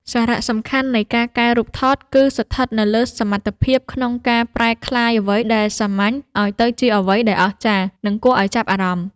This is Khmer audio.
សារៈសំខាន់នៃការកែរូបថតគឺស្ថិតនៅលើសមត្ថភាពក្នុងការប្រែក្លាយអ្វីដែលសាមញ្ញឱ្យទៅជាអ្វីដែលអស្ចារ្យ និងគួរឱ្យចាប់អារម្មណ៍។